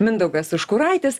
mindaugas užkuraitis